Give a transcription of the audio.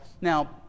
Now